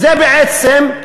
בעצם,